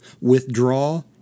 withdraw